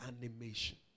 animation